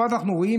פה אנחנו רואים